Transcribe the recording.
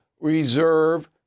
reserve